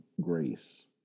grace